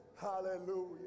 Hallelujah